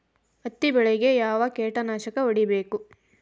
ಹತ್ತಿ ಬೆಳೇಗ್ ಯಾವ್ ಕೇಟನಾಶಕ ಹೋಡಿಬೇಕು?